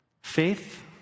Faith